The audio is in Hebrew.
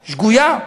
שגויה,